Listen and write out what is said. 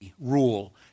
rule